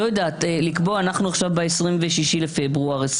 אנחנו ב-26.2.23.